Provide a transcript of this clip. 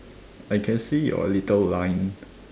I can see your little line